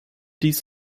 dies